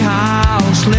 house